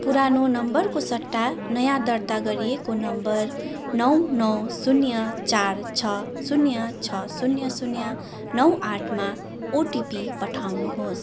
पुरानो नम्बरको सट्टा नयाँ दर्ता गरिएको नम्बर नौ नौ शून्य चार छ शून्य छ शून्य शून्य नौ आठमा ओटिपी पठाउनुहोस्